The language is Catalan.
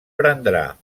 prendrà